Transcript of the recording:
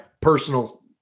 personal